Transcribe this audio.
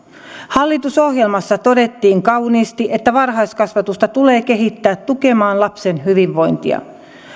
hallitusohjelmassa todettiin kauniisti että varhaiskasvatusta tulee kehittää tukemaan lapsen hyvinvointia